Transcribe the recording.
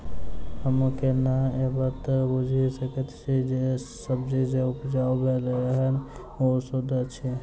हम केना ए बात बुझी सकैत छी जे सब्जी जे उपजाउ भेल एहन ओ सुद्ध अछि?